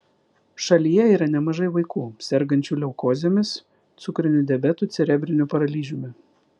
šalyje yra nemažai vaikų sergančių leukozėmis cukriniu diabetu cerebriniu paralyžiumi